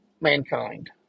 Mankind